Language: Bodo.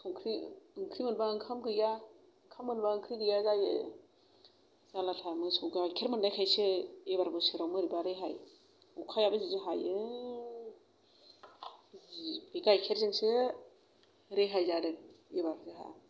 संख्रि ओंख्रि मोनबा ओंखाम गैया ओंखाम मोनबा ओंख्रि गैया जायो जारलाथार मोसौ गायखेर मोननायखायसो ओइबार बोसोराव बोरैबा रेहाय अखायाबो जि हायो बे गायखेरजोंसो रेहाय जादों एबार जोंहा